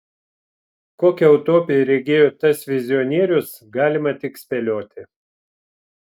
kokią utopiją regėjo tas vizionierius galima tik spėlioti